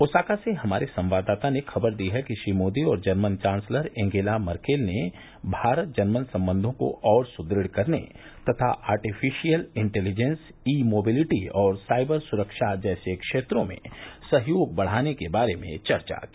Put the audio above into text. Osaka से हमारे संवाददाता ने खबर दी है कि श्री मोदी और जर्मन चांसलर एंगेला मर्केल ने भारत जर्मन संबंधों को और सुदृढ़ करने तथा आर्टिफिशियल इंटेलिजेंस ई मोबिलिटी और साइबर सुरक्षा जैसे क्षेत्रों में सहयोग बढ़ाने के बारे चर्चा की